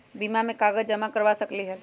बीमा में कागज जमाकर करवा सकलीहल?